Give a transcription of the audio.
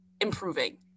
improving